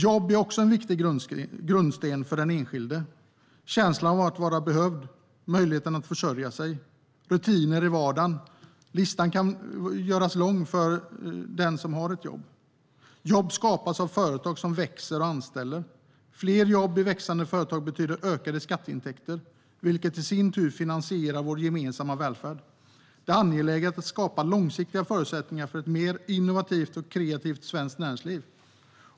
Jobb är också en viktig grundsten för den enskilde. Det handlar om känslan av att vara behövd, möjligheten att försörja sig och rutiner i vardagen. Listan kan göras lång för den som har ett jobb. Jobb skapas av företag som växer och anställer. Fler jobb i växande företag betyder ökade skatteintäkter, vilket i sin tur finansierar vår gemensamma välfärd. Det är angeläget att skapa långsiktiga förutsättningar för ett mer innovativt och kreativt svenskt näringsliv.